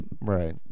right